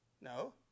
No